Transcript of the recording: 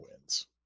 wins